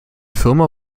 firma